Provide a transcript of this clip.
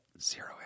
zero